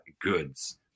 goods